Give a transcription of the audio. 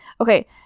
Okay